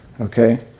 Okay